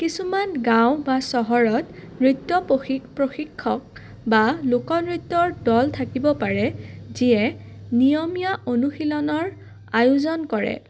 কিছুমান গাঁও বা চহৰত নৃত্য প্ৰশিক প্ৰশিক্ষক বা লোকনৃত্যৰ দল থাকিব পাৰে যিয়ে নিয়মীয়া অনুশীলনৰ আয়োজন কৰে